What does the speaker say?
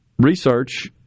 research